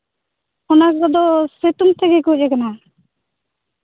ᱚᱱᱟ ᱠᱚᱫᱚ ᱥᱮᱛᱳᱝ ᱛᱮᱜᱮ ᱜᱚᱡ ᱠᱟᱱᱟ